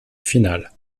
final